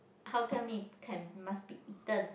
how tell me can must be eaten